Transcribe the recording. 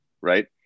right